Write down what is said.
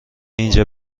اینجا